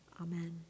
Amen